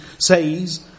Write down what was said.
says